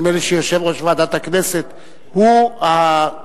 נדמה לי שיושב-ראש ועדת הכנסת הוא האינסטנציה